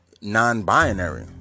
Non-binary